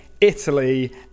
Italy